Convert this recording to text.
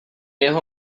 jeho